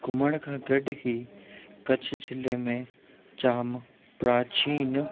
घुमण खां गॾु ई कच्छ ज़िले में जाम प्राचीन